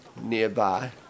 Nearby